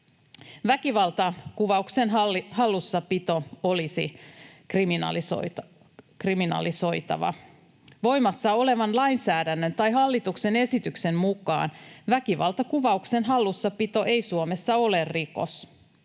Väkivaltakuvauksen hallussapito olisi kriminalisoitava. Voimassa olevan lainsäädännön tai hallituksen esityksen mukaan väkivaltakuvauksen hallussapito ei Suomessa ole rikos.